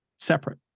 Separate